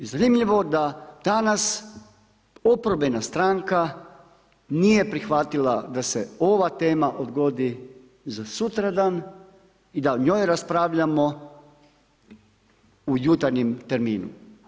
I zanimljivo da danas oporbena stranka, nije prihvatila da se ova tema odgodi za sutradan i da o njoj raspravljamo u jutarnjem terminu.